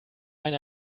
einer